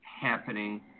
happening